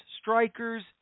strikers